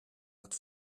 het